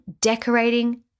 decorating